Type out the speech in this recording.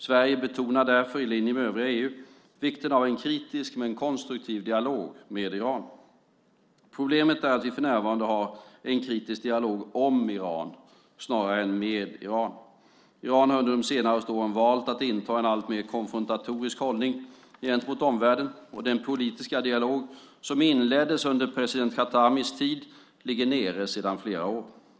Sverige betonar därför, i linje med övriga EU, vikten av en kritisk men konstruktiv dialog med Iran. Problemet är att vi för närvarande har en kritisk dialog om Iran snarare än med Iran. Iran har under de senaste åren valt att inta en alltmer konfrontatorisk hållning gentemot omvärlden och den politiska dialog som inleddes under president Khatamis tid, ligger nere sedan flera år.